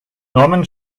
norman